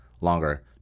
longer